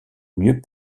mieux